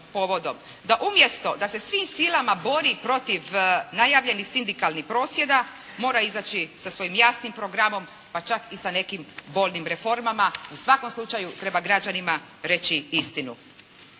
Da umjesto da se svim silama borim protiv najavljenih sindikalnih prosvjeda mora izaći sa svojim jasnim programom pa čak i sa nekim boljim reformama, u svakom slučaju treba građanima reći istinu.